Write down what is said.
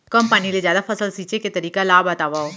कम पानी ले जादा फसल सींचे के तरीका ला बतावव?